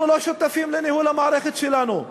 אנחנו לא שותפים לניהול המערכת שלנו.